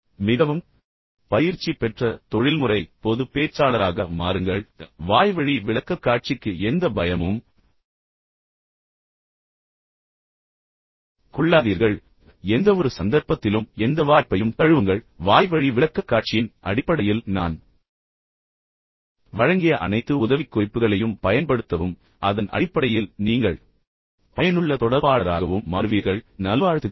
இ மிகவும் பயிற்சி பெற்ற தொழில்முறை பொது பேச்சாளராக மாறுங்கள் வாய்வழி விளக்கக்காட்சிக்கு எந்த பயமும் கொள்ளாதீர்கள் எந்தவொரு சந்தர்ப்பத்திலும் எந்த வாய்ப்பையும் தழுவுங்கள் வாய்வழி விளக்கக்காட்சியின் அடிப்படையில் நான் வழங்கிய அனைத்து உதவிக்குறிப்புகளையும் பயன்படுத்தவும் மிக விரைவில் வாய்வழி விளக்கக்காட்சியின் அடிப்படையில் நீங்கள் மிகவும் பயனுள்ள தொடர்பாளராகவும் மாறுவீர்கள் உங்களுக்கு நல்வாழ்த்துக்கள்